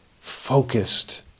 focused